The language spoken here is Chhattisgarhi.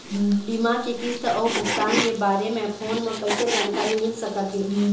बीमा के किस्त अऊ भुगतान के बारे मे फोन म कइसे जानकारी मिल सकत हे?